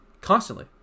constantly